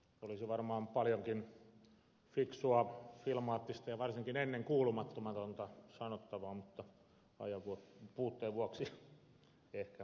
olisi varmaan paljonkin fiksua filmaattista ja varsinkin ennenkuulumatonta sanottavaa mutta ajanpuutteen vuoksi ei ehkä kannata edes yrittää